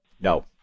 No